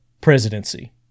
presidency